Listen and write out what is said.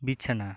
ᱵᱤᱪᱷᱟᱱᱟ